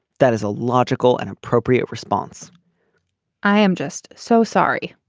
that is a logical and appropriate response i am just so sorry